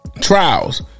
trials